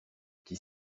qui